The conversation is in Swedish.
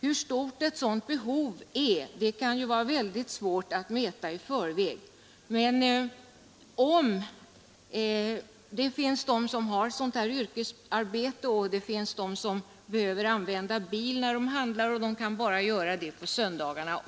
Hur stort det behovet är kan vara mycket svårt att få en uppfattning om i förväg. Jag tänker här på människor med yrkesarbete och sådana som behöver använda bil när de handlar och bara har tillgång till sådan på söndagarna.